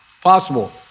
possible